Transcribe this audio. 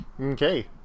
okay